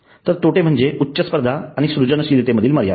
तर तोटे म्हणजे उच्च स्पर्धा आणि सृजनशीलतेमधील मर्यादा